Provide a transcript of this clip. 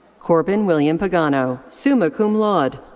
corbin william pagano, summa cum laude.